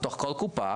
בתוך כל קופה,